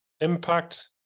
impact